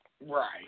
Right